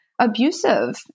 abusive